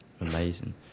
Amazing